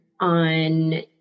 on